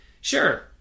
Sure